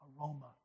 aroma